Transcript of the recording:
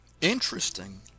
Interesting